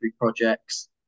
projects